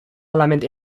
parlament